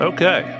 Okay